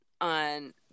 on